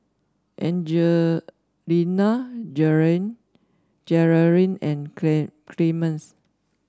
Jerrilyn and Clemens